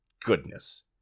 Goodness